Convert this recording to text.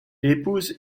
épouse